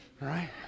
right